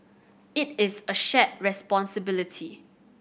it is a shared responsibility